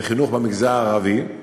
בחינוך במגזר הערבי,